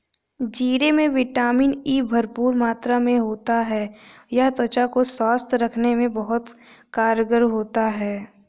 जीरे में vitamin E भरपूर मात्रा में होता है यह त्वचा को स्वस्थ रखने में बहुत कारगर होता है